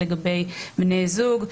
לגבי בני זוג.